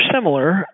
similar